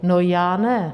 No já ne.